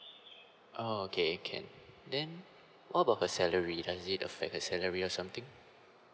okay can then how about her salary does it affect her salary or something